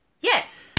Yes